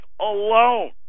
alone